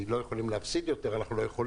כי אנחנו לא יכולים להפסיד יותר למשל,